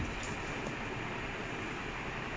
oh okay okay